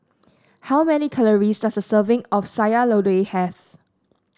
how many calories does a serving of Sayur Lodeh have